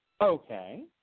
Okay